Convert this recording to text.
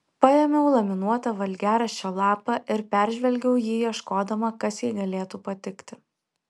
paėmiau laminuotą valgiaraščio lapą ir peržvelgiau jį ieškodama kas jai galėtų patikti